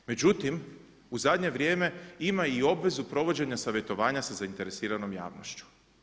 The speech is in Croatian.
Međutim, u zadnje vrijeme ima i obvezu provođenja savjetovanja sa zainteresiranom javnošću.